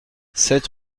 sept